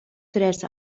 tres